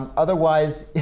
um otherwise